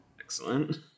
Excellent